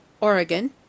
Oregon